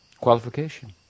qualification